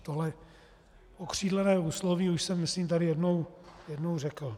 Tohle okřídlené úsloví už jsem myslím tady jednou řekl.